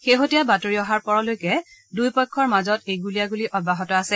শেহতীয়া বাতৰি অহাৰ পৰলৈকে দুয়োপক্ষৰ মাজত এই গুলীয়াণ্ডলী অব্যাহত আছে